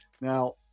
now